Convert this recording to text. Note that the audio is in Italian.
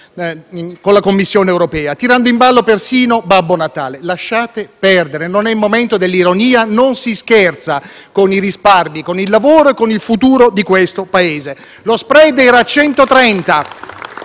alla Commissione europea, tirando in ballo persino Babbo Natale. Lasciate perdere: non è il momento dell'ironia, non si scherza con i risparmi, con il lavoro e con il futuro di questo Paese. *(Applausi dai